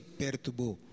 perturbou